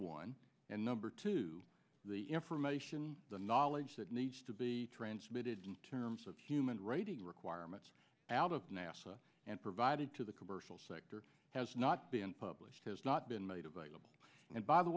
one and number two the information the knowledge that needs to be transmitted in terms of human writing requirements out of nasa and provided to the commercial sector has not been published has not been made available and by the